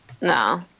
no